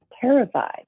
terrified